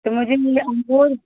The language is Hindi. तो मुझे अंगूर